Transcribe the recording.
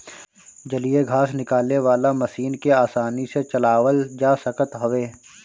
जलीय घास निकाले वाला मशीन के आसानी से चलावल जा सकत हवे